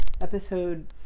Episode